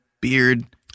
beard